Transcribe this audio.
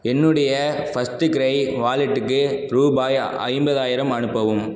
என்னுடைய FirstCry வாலெட்டுக்கு ரூபாய் ஐம்பதாயிரம் அனுப்பவும்